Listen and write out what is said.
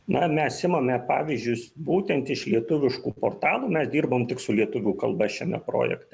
na mes imame pavyzdžius būtent iš lietuviškų portalų mes dirbam tik su lietuvių kalba šiame projekte